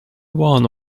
one